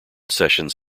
sessions